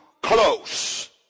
close